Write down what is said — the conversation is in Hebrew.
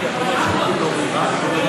מיקי, מה עשית פה?